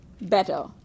better